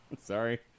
Sorry